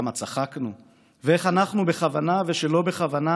כמה צחקנו / ואיך אנחנו בכוונה ושלא בכוונה